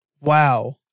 Wow